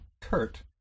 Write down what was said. Kurt